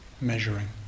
measuring